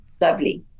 lovely